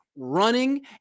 Running